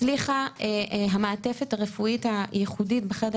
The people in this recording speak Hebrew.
הצליחה המעטפת הרפואית הייחודית בחדר